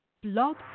Blog